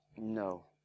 No